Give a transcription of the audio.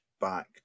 back